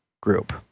group